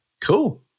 cool